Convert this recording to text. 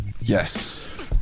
Yes